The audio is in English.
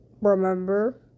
remember